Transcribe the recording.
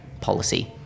policy